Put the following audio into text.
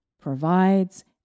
provides